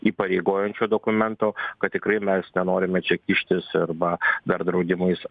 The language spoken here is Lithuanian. įpareigojančio dokumento kad tikrai mes nenorime čia kištis arba dar draudimais